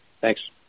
thanks